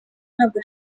ntabwo